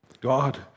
God